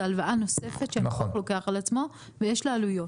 הלוואה נוספת שהלקוח לוקח על עצמו ויש לה עלויות.